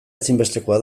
ezinbestekoa